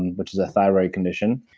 which is a thyroid condition,